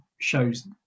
shows